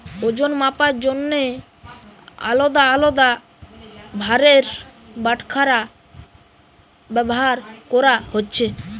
ওজন মাপার জন্যে আলদা আলদা ভারের বাটখারা ব্যাভার কোরা হচ্ছে